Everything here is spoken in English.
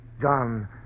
John